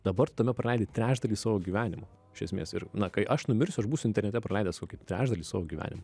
dabar tame praleidi trečdalį savo gyvenimo iš esmės ir na kai aš numirsiu aš būsiu internete praleidęs kokį trečdalį savo gyvenimo